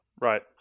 Right